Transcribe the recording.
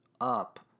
up